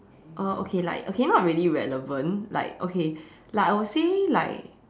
uh okay like not very relevant like okay like I would say like